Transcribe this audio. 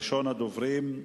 ראשון הדוברים הוא